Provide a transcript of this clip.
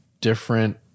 different